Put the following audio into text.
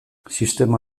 sistema